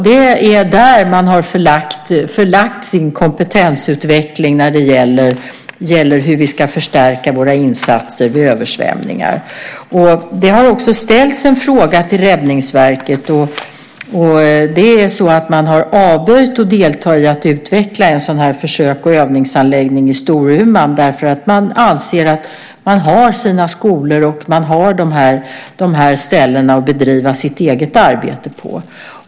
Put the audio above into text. Det är dit man har förlagt sin kompetensutveckling när det gäller hur vi ska förstärka våra insatser vid översvämningar. Det har också ställts en fråga till Räddningsverket - och man har alltså avböjt - om att delta i utvecklingen av en sådan här försöks och övningsanläggning i Storuman. Man anser att man har sina skolor och dessa ställen att bedriva sitt eget arbete på.